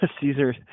Caesar